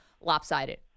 lopsided